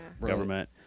government